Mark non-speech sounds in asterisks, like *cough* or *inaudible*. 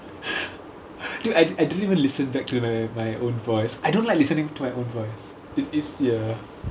*laughs* dude I I didn't even listen back to my my own voice I don't like listening to my own voice it it's ya